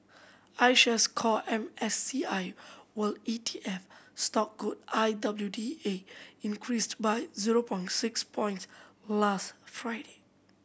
iShares Core M S C I World E T F stock code I W D A increased by zero point six points last Friday